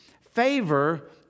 favor